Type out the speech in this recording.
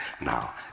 Now